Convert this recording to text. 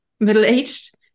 middle-aged